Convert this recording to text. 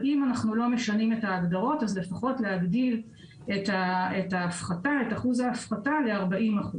אם אנחנו לא משנים את ההגדרות אז לפחות להגדיל את אחוז ההפחתה ל-40%.